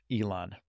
Elon